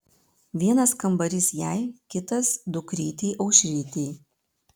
vienas kambarys jai kitas dukrytei aušrytei